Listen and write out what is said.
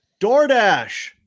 DoorDash